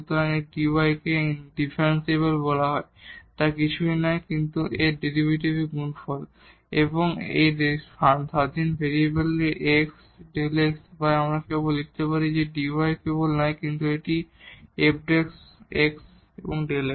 সুতরাং যে dy কে ডিফারেনশিয়াল বলা হয় তা কিছুই নয় কিন্তু এর ডেরিভেটিভের গুণফল এবং এই স্বাধীন ভেরিয়েবলের x Δ x বা আমরা কেবল লিখতে পারি যে dy কিছুই নয় কিন্তু f Δ x